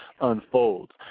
unfolds